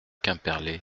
quimperlé